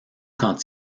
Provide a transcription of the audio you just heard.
quand